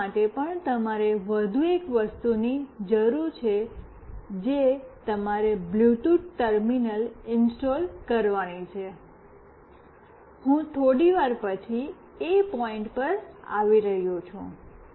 આ કરવા માટે પણ તમારે વધુ એક વસ્તુની જરૂર છે જે તમારે બ્લૂટૂથ ટર્મિનલ ઇન્સ્ટોલ કરવાની છે હું થોડી વાર પછી એ પોઇન્ટ પર આવી રહ્યો છું